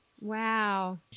Wow